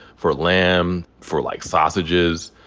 for lamb, for, like, sausages,